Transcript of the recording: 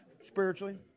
spiritually